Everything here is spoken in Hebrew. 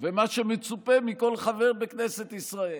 ומה שמצופה מכל חבר בכנסת ישראל.